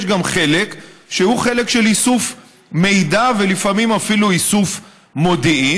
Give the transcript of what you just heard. יש גם חלק שהוא חלק של איסוף מידע ולפעמים אפילו איסוף מודיעין.